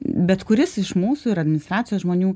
bet kuris iš mūsų ir administracijos žmonių